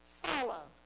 follow